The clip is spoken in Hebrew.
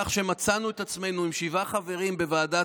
כך מצאנו את עצמנו עם שבעה חברים בוועדה